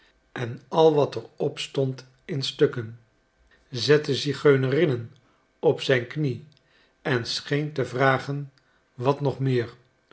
en al wat er op stond in stukken zette zigeunerinnen op zijn knie en scheen te vragen wat nog meer